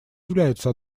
являются